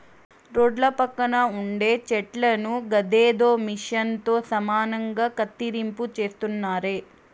రోడ్ల పక్కన ఉండే చెట్లను గదేదో మిచన్ తో సమానంగా కత్తిరింపు చేస్తున్నారే